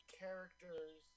characters